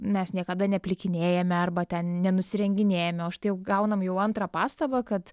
nes niekada neplikinėjame arba ten nenusirenginėjame o štai jau gauname jau antrą pastabą kad